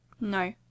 No